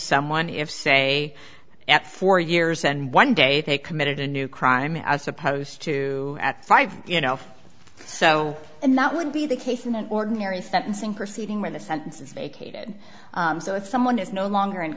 someone if say at four years and one day they committed a new crime as opposed to at five you know so and that would be the case in an ordinary sentencing proceeding where the sentence is vacated so if someone is no longer in